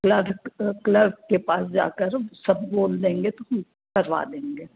clerk clerk के पास जाकर सब बोल देंगे तो करवा देंगे